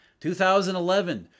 2011